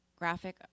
graphic